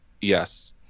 yes